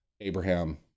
Abraham